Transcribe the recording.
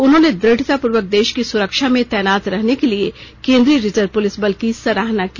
उन्होंने द्रढतापूर्वक देश की सुरक्षा में तैनात रहने के लिए केन्द्रीय रिजर्व पुलिस बल की सराहना की